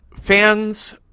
fans